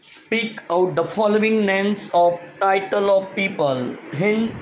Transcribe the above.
speak out the following names of title of people हिन